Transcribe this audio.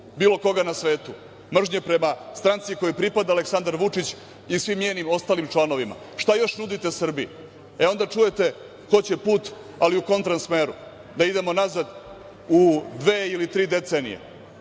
bilo koga na svetu. Mržnja prema stranci kojoj pripada Aleksandar Vučić i svim njenim ostalim članovima. Šta još nudite Srbiji? E, onda čujete – hoće put, ali u kontra smeru, da idemo nazad u dve ili tri decenije,